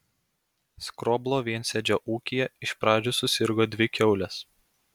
skroblo viensėdžio ūkyje iš pradžių susirgo dvi kiaulės